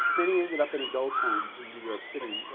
many ended up in adult homes in new york city,